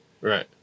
Right